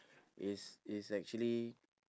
is is actually